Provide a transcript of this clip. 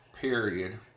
period